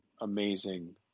amazing